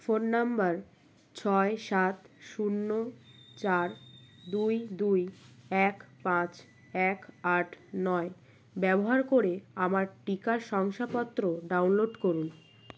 phone number ছয় সাত শূন্য চার দুই দুই এক পাঁচ এক আট নয় ব্যবহার করে আমার টিকা শংসাপত্র ডাউনলোড করুন